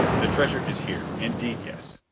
the treasure is here, indeed yes.